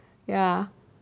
ya